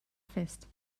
fest